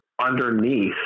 Underneath